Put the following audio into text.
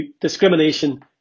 discrimination